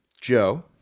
Joe